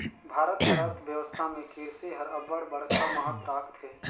भारत कर अर्थबेवस्था में किरसी हर अब्बड़ बड़खा महत राखथे